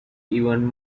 even